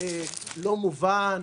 לא מובן.